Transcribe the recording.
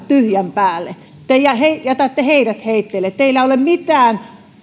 tyhjän päälle te jätätte heidät heitteille teillä ei ole mitään